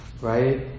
right